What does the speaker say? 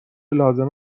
لازم